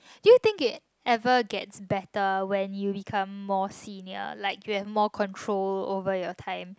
do you think it ever get better when you become more senior like you have more control over your time